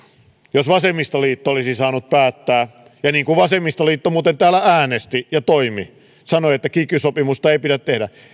jos vasemmistoliitto olisi saanut päättää ja niin kuin vasemmistoliitto muuten täällä äänesti ja toimi sanoi että kiky sopimusta ei pidä tehdä